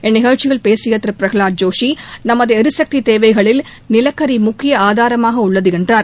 இந்நிகழ்ச்சியில் பேசிய திரு பிரஹலாத் ஜோஷி நமது எரிசக்தி தேவைகளில் நிலக்கரி முக்கிய ஆதாரமாக உள்ளது என்றார்